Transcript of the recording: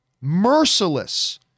merciless